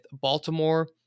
Baltimore